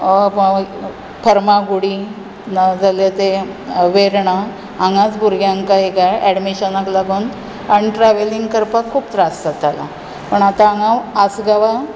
फर्मागुडी ना जाल्यार ते वेर्णा हांगाच भुरग्यांक खंय खंय एडमिशनांक लागून आनी ट्रॅवलिंग करपाक खूब त्रास जाता पूण आतां हांगा आसगांवां